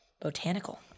Botanical